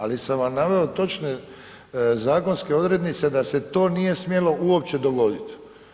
Ali sam vam naveo točne zakonske odrednice da se to nije smjelo uopće dogoditi.